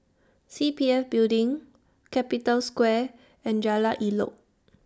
C P F Building Capital Square and Jalan Elok